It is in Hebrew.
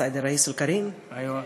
סייד אל-ראיס אל-כרים, איוא.